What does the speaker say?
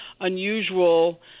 unusual